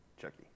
Chucky